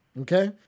okay